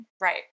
Right